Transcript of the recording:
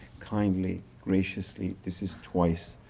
kindly, graciously, this is twice